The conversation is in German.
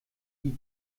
die